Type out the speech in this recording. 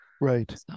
Right